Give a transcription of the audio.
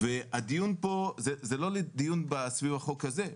וזה לא לדיון סביב החוק הזה.